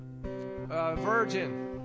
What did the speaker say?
virgin